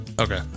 Okay